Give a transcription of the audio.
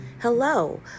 Hello